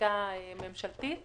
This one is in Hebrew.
חקיקה ממשלתית